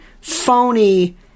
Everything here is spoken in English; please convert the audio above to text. phony